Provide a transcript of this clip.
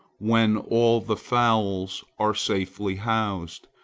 when all the fowls are safely housed,